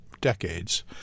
decades